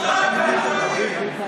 תוריד את הרגולציה, לממשלה.